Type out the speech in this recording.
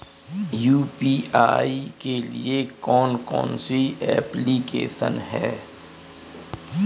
UPI के लिए कौन कौन सी एप्लिकेशन हैं?